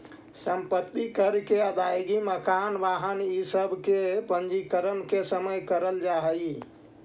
सम्पत्ति कर के अदायगी मकान, वाहन इ सब के पंजीकरण के समय करल जाऽ हई